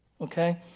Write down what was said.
Okay